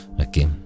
Okay